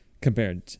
compared